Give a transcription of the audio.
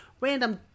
random